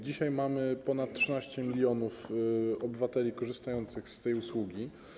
Dzisiaj jest ponad 13 mln obywateli korzystających z tej usługi.